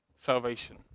salvation